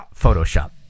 photoshop